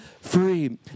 free